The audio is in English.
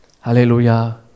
Hallelujah